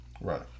Right